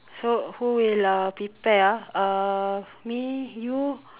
so who will uh prepare ah uh me you